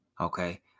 Okay